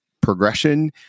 progression